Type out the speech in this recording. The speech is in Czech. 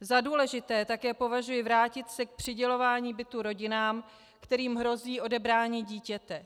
Za důležité také považuji vrátit se k přidělování bytů rodinám, kterým hrozí odebrání dítěte.